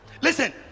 Listen